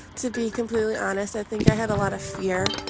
to be completely honest. i think i had a lot of fear.